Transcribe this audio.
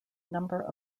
number